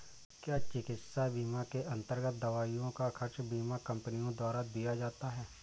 क्या चिकित्सा बीमा के अन्तर्गत दवाइयों का खर्च बीमा कंपनियों द्वारा दिया जाता है?